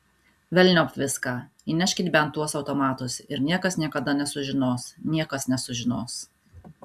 velniop viską įneškit bent tuos automatus ir niekas niekada nesužinos niekas nesužinos